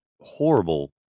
horrible